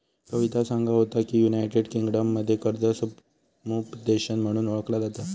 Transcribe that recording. कविता सांगा होता की, युनायटेड किंगडममध्ये कर्ज समुपदेशन म्हणून ओळखला जाता